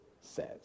says